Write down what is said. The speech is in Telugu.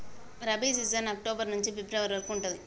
రబీ సీజన్ అక్టోబర్ నుంచి ఫిబ్రవరి వరకు ఉంటది